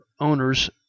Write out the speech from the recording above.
owners